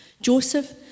Joseph